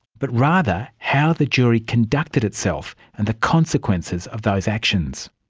but rather how the jury conducted itself and the consequences of those actions.